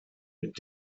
mit